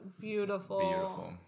Beautiful